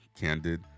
candid